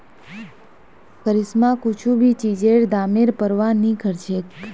करिश्मा कुछू भी चीजेर दामेर प्रवाह नी करछेक